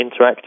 interactive